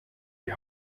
die